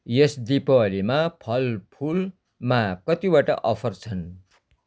यस दीपावलीमा फलफुलमा कतिवटा अफर छन्